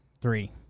Three